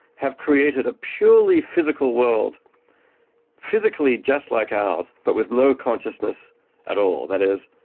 have created a purely physical world physically just like ours, but with no consciousness at all? that is,